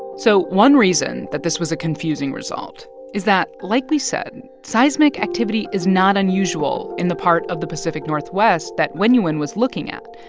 so one reason that this was a confusing result is that, like we said, seismic activity is not unusual in the part of the pacific northwest that wenyuan was looking at.